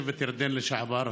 תושבת ירדן לשעבר,